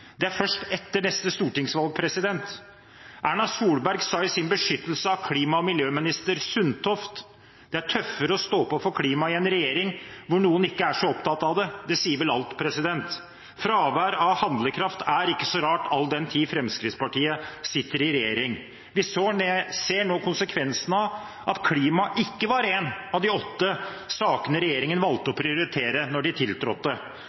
Det er først etter neste stortingsvalg. Erna Solberg sa i sin beskyttelse av tidligere klima- og miljøminister Sundtoft at det er «tøffere å stå på for klimaet i en regjering hvor noen ikke er så opptatt av det». Det sier vel alt. Fravær av handlekraft er ikke så rart, all den tid Fremskrittspartiet sitter i regjering. Vi ser nå konsekvensen av at klima ikke var en av de åtte sakene regjeringen valgte å prioritere da de tiltrådte.